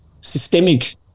systemic